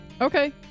Okay